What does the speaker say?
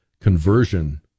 conversion